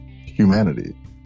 humanity